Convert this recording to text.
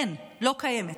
אין, לא קיימת.